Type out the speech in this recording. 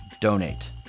donate